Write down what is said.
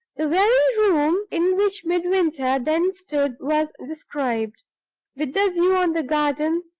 the very room in which midwinter then stood was described with the view on the garden,